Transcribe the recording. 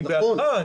אני בעדך.